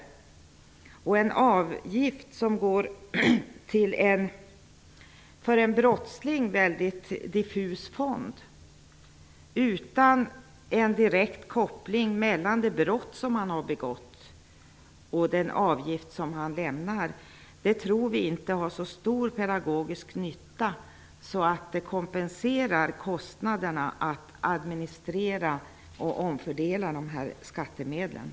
Att ta ut en avgift som går till en för en brottsling väldigt diffus fond utan någon direkt koppling mellan det brott som han har begått och den avgift som han får betala tror vi inte har så stor pedagogisk nytta att det kompenserar kostnaderna för att administrera och omfördela skattemedlen.